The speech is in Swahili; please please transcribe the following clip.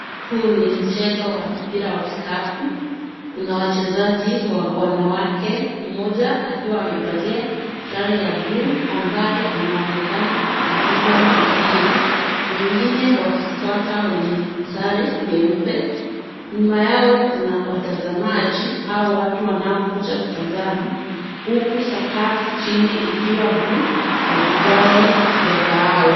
Huu ni mchezo wa mpira wa vikapu, kuna wachezaji wanawake, mmoja akiwa amevalia sare ya bluu, ambaye anaonekana kudiboni mpira, wengine wakifuata wenye sare nyeupe, nyuma yao kuna watazamaji au watu wanaokuja kutazama, huku sakafu nchini ikiwa bluu na vigae vya kahawia.